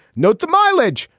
note the mileage.